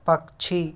पक्षी